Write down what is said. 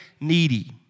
needy